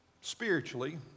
spiritually